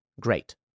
great